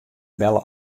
belle